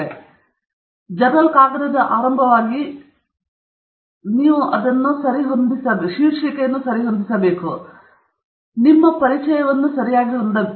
ವಿಶಾಲವಾಗಿ ಜರ್ನಲ್ ಕಾಗದದ ಆರಂಭವಾಗಿ ನೀವು ಅದನ್ನು ಸರಿಹೊಂದಿಸುವ ಪ್ರಶಸ್ತಿಯನ್ನು ಹೊಂದಬಹುದು ಮತ್ತು ನಂತರ ನೀವು ಪರಿಚಯವನ್ನು ಸರಿಯಾಗಿ ಹೊಂದಬಹುದು